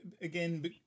again